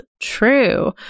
true